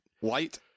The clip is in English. white